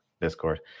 discord